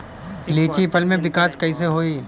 लीची फल में विकास कइसे होई?